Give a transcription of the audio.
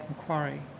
Macquarie